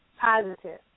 positive